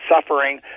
suffering